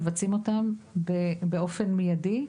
מבצעים אותן באופן מיידי,